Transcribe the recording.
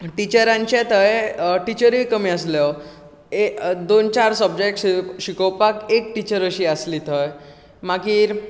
टिचरांचे थंय टिचरूय कमी आसल्यो एक दोन चार सबजॅक्ट शि शिकोवपाक एक टिचर अशी आसली थंय मागीर